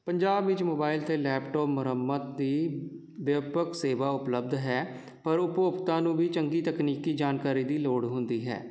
ਪੰਜਾਬ ਵਿੱਚ ਮੋਬਾਈਲ ਅਤੇ ਲੈਪਟੋਪ ਮੁਰੰਮਤ ਦੀ ਵਿਆਪਕ ਸੇਵਾ ਉਪਲਬਧ ਹੈ ਪਰ ਉਪਭੋਗਤਾ ਨੂੰ ਵੀ ਚੰਗੀ ਤਕਨੀਕੀ ਜਾਣਕਾਰੀ ਦੀ ਲੋੜ ਹੁੰਦੀ ਹੈ